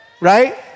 right